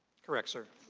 correct, sir.